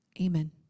amen